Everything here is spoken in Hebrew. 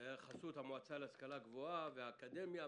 חסות המועצה להשכלה גבוהה והאקדמיה,